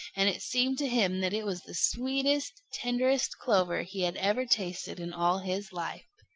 and it seemed to him that it was the sweetest, tenderest clover he had ever tasted in all his life.